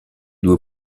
due